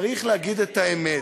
צריך להגיד את האמת,